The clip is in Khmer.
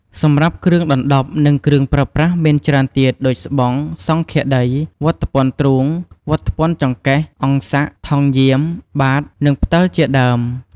សម្រាប់គ្រឿងដណ្ដប់និងគ្រឿងប្រើប្រាស់មានច្រើនទៀតដូចស្បង់ សង្ឃាដី វត្ថពន្ធទ្រូង វត្ថពន្ធចង្កេះ អង្ស័ក ថង់យាម បាត្រ និងផ្តិលជាដើម។